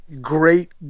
Great